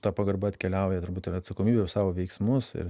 ta pagarba atkeliauja turbūt ir atsakomybė už savo veiksmus ir